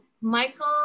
Michael